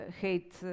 hate